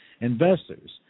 investors